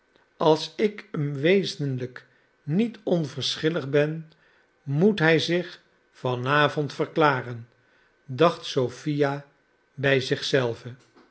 als ik hem wezenlijk niet onverschillig ben moet hij zich van avond verklaren dacht sophia bij